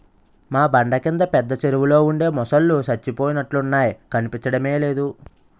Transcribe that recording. మా బండ కింద పెద్ద చెరువులో ఉండే మొసల్లు సచ్చిపోయినట్లున్నాయి కనిపించడమే లేదు